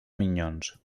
minyons